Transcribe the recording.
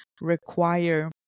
require